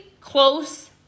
close